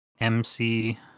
MC